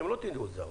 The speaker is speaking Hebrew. אתם לא תדעו את זה,